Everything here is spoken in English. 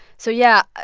so yeah.